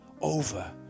over